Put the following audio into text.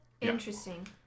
Interesting